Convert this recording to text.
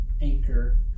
anchor